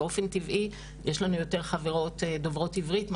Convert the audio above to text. באופן טבעי יש לנו יותר חברות דוברות עברית,